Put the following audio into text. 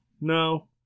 no